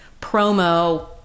promo